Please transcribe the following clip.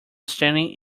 standing